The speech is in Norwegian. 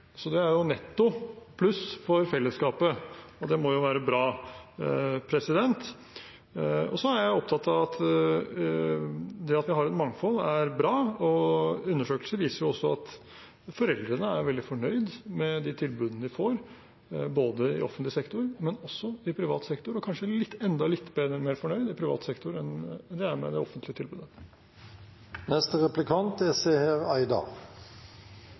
Så det er netto pluss for fellesskapet, og det må jo være bra. Jeg er opptatt av at det er bra at vi har et mangfold. Undersøkelser viser også at foreldrene er veldig fornøyd med de tilbudene de får, både i offentlig sektor og også i privat sektor, og kanskje enda litt mer fornøyd med privat sektor enn det de er med det offentlige tilbudet.